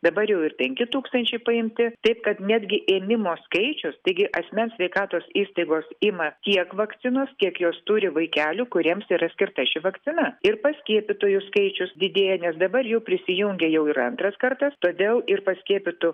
dabar jau ir penki tūkstančiai paimti taip kad netgi ėmimo skaičius taigi asmens sveikatos įstaigos ima tiek vakcinos kiek jos turi vaikelių kuriems yra skirta ši vakcina ir paskiepytųjų skaičius didėja nes dabar jau prisijungė jau ir antras kartas todėl ir paskiepytų